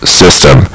system